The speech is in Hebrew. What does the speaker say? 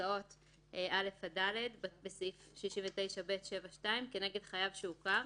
בפסקאות (א)-(ד) בסעיף 69ב7(2) כנגד חייב שהוכר,